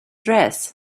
dress